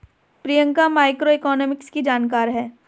Priyanka macroeconomics की जानकार है